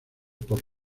por